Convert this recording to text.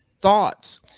thoughts